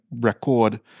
record